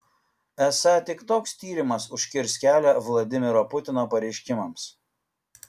esą tik toks tyrimas užkirs kelią vladimiro putino pareiškimams